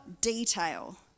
detail